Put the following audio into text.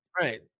Right